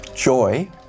joy